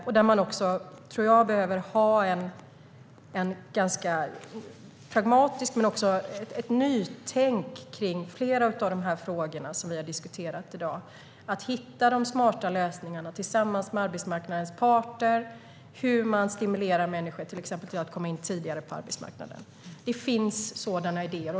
Jag tror att man behöver ha en ganska pragmatisk hållning och också ett nytänk kring flera av de frågor som vi har diskuterat i dag för att hitta smarta lösningar tillsammans med arbetsmarknadens parter när det gäller att stimulera människor att till exempel komma in tidigare på arbetsmarknaden. Det finns sådana idéer.